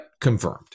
confirmed